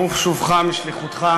ברוך שובך משליחותך,